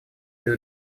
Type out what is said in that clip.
без